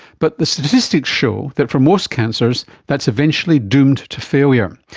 but the statistics show that for most cancers that's eventually doomed to failure.